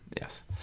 Yes